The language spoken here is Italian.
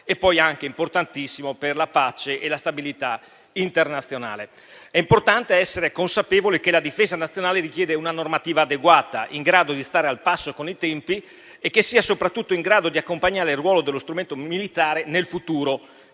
è poi importantissimo anche per la pace e la stabilità internazionale. È importante essere consapevoli che la difesa nazionale richiede una normativa adeguata, in grado di stare al passo con i tempi e soprattutto di accompagnare il ruolo dello strumento militare nel futuro,